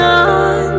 on